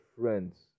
friends